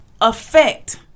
affect